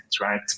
right